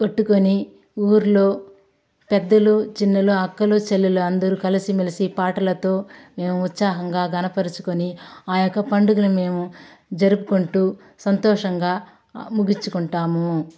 కొట్టుకుని ఊర్లో పెద్దలు చిన్నలు అక్కలు చెల్లెలు అందరూ కలిసి మెలసి పాటలతో మేము ఉత్సాహంగా ఘనపరుచుకుని ఆ యొక్క పండుగను మేము జరుపుకుంటూ సంతోషంగా ముగించుకుంటాము